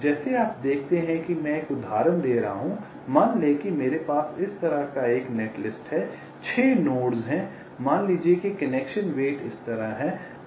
जैसे आप देखते हैं कि मैं एक उदाहरण दे रहा हूं मान लें कि मेरे पास इस तरह का एक नेटलिस्ट है 6 नोड्स हैं मान लीजिए कि कनेक्शन वेट इस तरह हैं